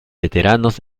veteranos